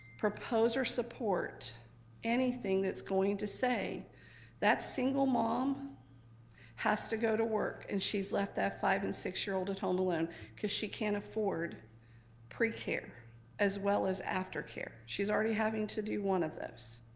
propose or support anything that's going to say that single mom has to go to work and she's left that five and six-year-old at home alone because she can't afford pre-care as well as after care. she's already having to do one of those.